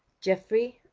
geoffrey,